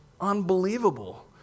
unbelievable